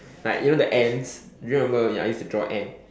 like you know the ants do you remember ya I used to draw Ant